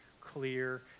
clear